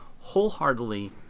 wholeheartedly